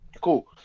Cool